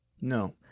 No